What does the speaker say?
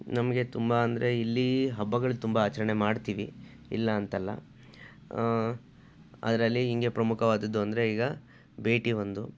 ನಮಗೆ ತುಂಬ ಅಂದರೆ ಇಲ್ಲಿ ಹಬ್ಬಗಳು ತುಂಬ ಆಚರಣೆ ಮಾಡ್ತೀವಿ ಇಲ್ಲ ಅಂತಲ್ಲ ಅದರಲ್ಲಿ ಹೀಗೆ ಪ್ರಮುಖವಾದುದಂದ್ರೆ ಈಗ ಭೇಟಿ ಒಂದು